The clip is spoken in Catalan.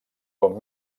com